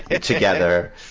together